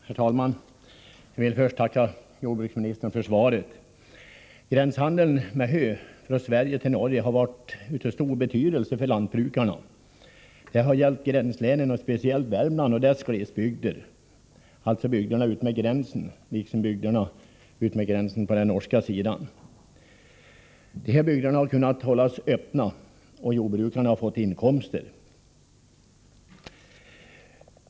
Herr talman! Jag vill först tacka jordbruksministern för svaret. 'Gränshandeln med hö från Sverige till Norge har varit av stor betydelse för lantbrukarna. Det har gällt gränslänen, framför allt Värmland, och glesbygderna på båda sidor om gränsen. De här bygderna har kunnat hållas öppna, och jordbrukarna har fått inkomster.